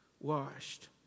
Washed